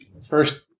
first